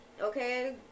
okay